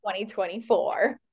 2024